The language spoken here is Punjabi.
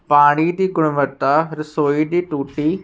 ਪਾਣੀ ਦੀ ਗੁਣਵੱਤਾ ਰਸੋਈ ਦੀ ਟੁੂਟੀ